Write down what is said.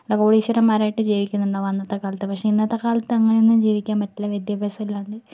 വല്ല കോടീശ്വരന്മാരായിട്ടു ജീവിക്കുന്നുണ്ടാവും അന്നത്തെക്കാലത്ത് പക്ഷേ ഇന്നത്തെ കാലത്ത് അങ്ങനെയൊന്നും ജീവിക്കാൻ പറ്റില്ല വിദ്യാഭ്യാസമില്ലാണ്ട്